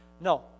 No